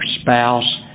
spouse